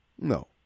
No